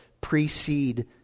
precede